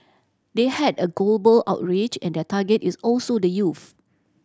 they had a global outreach and their target is also the youth